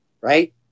Right